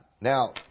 Now